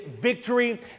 victory